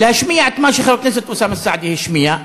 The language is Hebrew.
להשמיע את מה שחבר הכנסת אוסאמה סעדי השמיע,